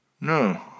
No